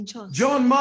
John